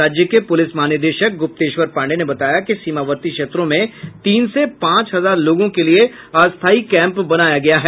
राज्य के पुलिस महानिदेशक गुप्तेश्वर पांडेय ने बताया कि सीमावर्ती क्षेत्रों में तीन से पांच हजार लोगों के लिए अस्थाई कैम्प बनाया गया है